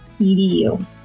edu